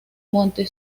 monte